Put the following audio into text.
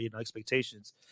expectations